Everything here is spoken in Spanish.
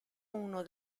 uno